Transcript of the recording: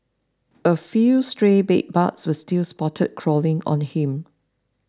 a few stray bedbugs were still spotted crawling on him